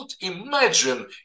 imagine